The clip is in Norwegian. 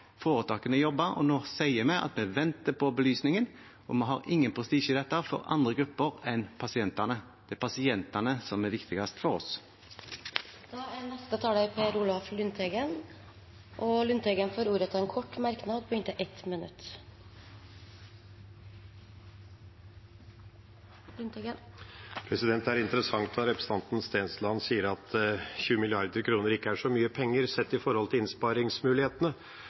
foretakene jobbe. Nå sier vi at vi venter på belysningen, og vi har ingen prestisje i dette for andre grupper enn for pasientene, det er pasientene som er viktigst for oss. Representanten Per Olaf Lundteigen har hatt ordet to ganger tidligere og får ordet til en kort merknad, begrenset til 1 minutt. Det er interessant at representanten Stensland sier at 20 mrd. kr ikke er så mye penger sett i forhold til innsparingsmulighetene.